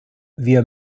wir